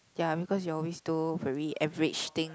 ya because you always do very average thing